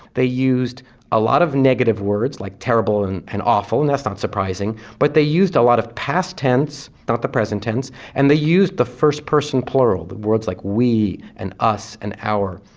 they used a lot of negative words like terrible and and awful, and that's not surprising, but they used a lot of past tense not the present tense, and they used the first person plural. words like we and us and our.